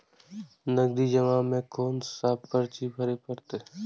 नगदी जमा में कोन सा पर्ची भरे परतें?